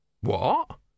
What